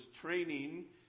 training